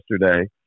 yesterday